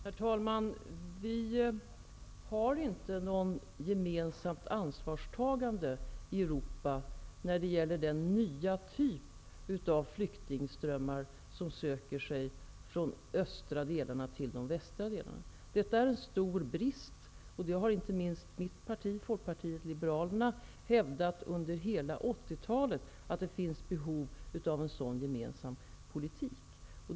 Herr talman! Vi har inte något gemensamt ansvarstagande i Europa när det gäller den nya typ av flyktingströmmar som söker sig från de östra delarna till de västra delarna av Europa. Det är en stor brist. Inte minst mitt parti, Folkpartiet liberalerna, har hävdat under hela 80-talet att det finns behov av en gemensam politik.